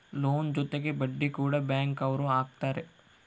loan ಜೊತೆಗೆ ಬಡ್ಡಿ ಕೂಡ ಬ್ಯಾಂಕ್ ಅವ್ರು ಹಾಕ್ತಾರೆ